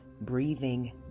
breathing